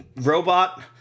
robot